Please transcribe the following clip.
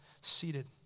seated